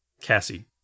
Cassie